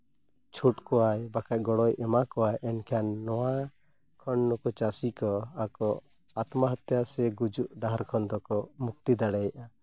ᱪᱷᱩᱴ ᱠᱚᱣᱟᱭ ᱵᱟᱝᱠᱷᱟᱱ ᱜᱚᱲᱚᱭ ᱮᱢᱟ ᱠᱚᱣᱟ ᱮᱱᱠᱷᱟᱱ ᱱᱚᱣᱟ ᱠᱷᱚᱱ ᱱᱩᱠᱩ ᱪᱟᱹᱥᱤ ᱠᱚ ᱟᱠᱚ ᱟᱛᱢᱟ ᱦᱚᱛᱛᱟ ᱥᱮ ᱜᱩᱡᱩᱜ ᱰᱟᱦᱟᱨ ᱠᱷᱚᱱ ᱫᱚᱠᱚ ᱢᱩᱠᱛᱤ ᱫᱟᱲᱮᱭᱟᱜᱼᱟ